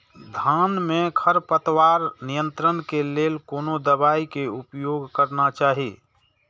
धान में खरपतवार नियंत्रण के लेल कोनो दवाई के उपयोग करना चाही?